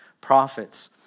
prophets